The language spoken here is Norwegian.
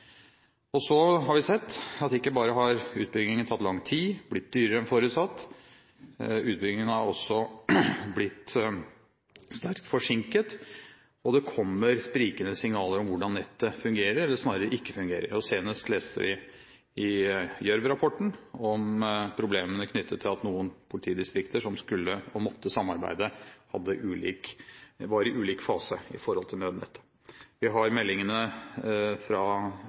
Så har vi sett at ikke bare har utbyggingen tatt lang tid og blitt dyrere enn forutsatt, utbyggingen har også blitt sterkt forsinket. Det kommer sprikende signaler om hvordan nettet fungerer – eller snarere ikke fungerer. Senest leste vi i Gjørv-rapporten om problemene knyttet til at noen politidistrikter som skulle og måtte samarbeide, var i en ulik fase i forhold til nødnettet. Vi har meldinger fra